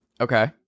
Okay